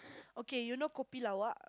okay you know kopi Luwak